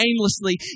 aimlessly